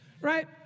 Right